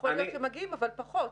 יכול להיות שהם מגיעים, אבל פחות.